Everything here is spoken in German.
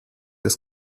des